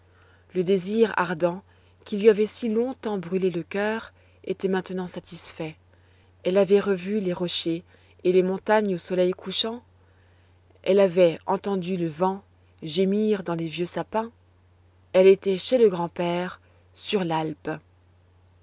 le désir ardent qui lui avait si longtemps brûlé le cœur était maintenant satisfaite elle avait revu les rochers et les montagnes au soleil couchant elle avait entendu le vent gémir dans les vieux sapins elle était chez le grand-père sur l'alpe